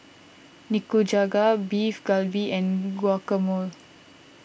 Nikujaga Beef Galbi and Guacamole